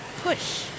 push